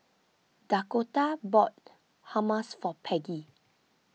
Dakotah bought Hummus for Peggy